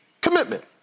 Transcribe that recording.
Commitment